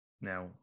Now